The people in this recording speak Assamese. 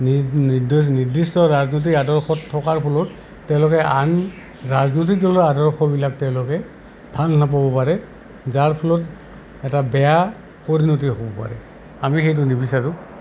নিৰ্দিষ্ট ৰাজনৈতিক আদৰ্শত থকাৰ ফলত তেওঁলোকে আন ৰাজনৈতিকদলৰ আদৰ্শবিলাক তেওঁলোকে ভাল নাপাব পাৰে যাৰ ফলত এটা বেয়া পৰিণতি হ'ব পাৰে আমি সেইটো নিবিচাৰোঁ